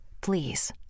Please